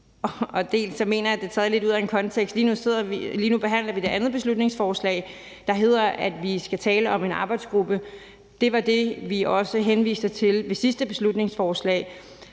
og jeg mener også, det er taget lidt ud af en kontekst. Lige nu behandler vi det andet beslutningsforslag, der handler om, at vi skal tale om en arbejdsgruppe. Det var det, vi også henviste til i sidste beslutningsforslag,